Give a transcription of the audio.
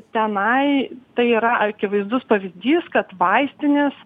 tenai tai yra akivaizdus pavyzdys kad vaistinės